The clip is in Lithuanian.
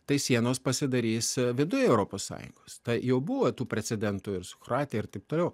tai sienos pasidarys viduj europos sąjungos ta jau buvo tų precedentų ir su kroatija ir taip toliau